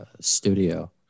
studio